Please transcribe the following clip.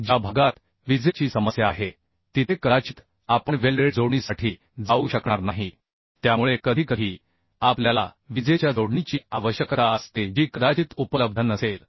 ज्या भागात विजेची समस्या आहे तिथे कदाचित आपण वेल्डेड जोडणीसाठी जाऊ शकणार नाही त्यामुळे कधीकधी आपल्याला विजेच्या जोडणीची आवश्यकता असते जी कदाचित उपलब्ध नसेल